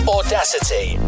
Audacity